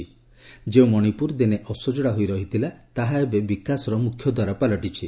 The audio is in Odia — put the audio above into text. ସେ କହିଛନ୍ତି ଯେଉଁ ମଶିପୁର ଦିନେ ଅସଜଡ଼ା ହୋଇ ରହିଥିଲା ତାହା ଏବେ ବିକାଶର ମୁଖ୍ୟଦ୍ୱାର ପାଲଟିଛି